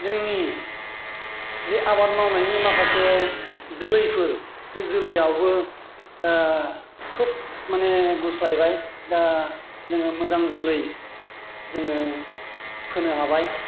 जोंनि जे आबाद मावनायनि माखासे जोलैफोर बे जोलैआवबो खुब माने गुस्लायबाय दा जोङो मोजां जोलै जोङो फोनो हाबाय